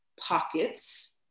pockets